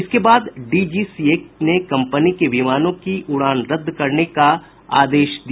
इसके बाद डीजीसीए ने कम्पनी के विमानों की उड़ान रद्द करने का आदेश जारी किया